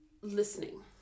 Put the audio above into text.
listening